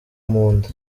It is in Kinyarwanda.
munda